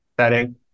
setting